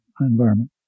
environment